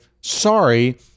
sorry